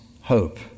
hope